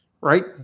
right